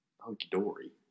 hunky-dory